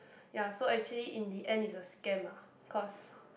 ya so actually in the end is a scam lah cause